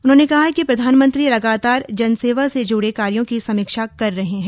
उन्होंने कहा कि प्रधानमंत्री लगातार जनसेवा से जुड़े कार्यो की समीक्षा कर रहे हैं